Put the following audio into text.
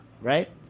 right